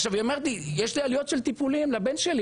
היא אומרת לי: יש לי עלויות של טיפולים לבן שלי,